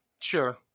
Sure